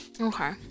Okay